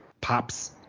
pops